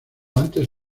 antes